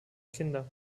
kinder